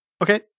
Okay